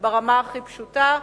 ברמה הכי פשוטה,